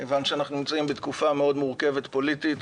כיוון שאנחנו נמצאים בתקופה מאוד מורכבת מבחינה פוליטית,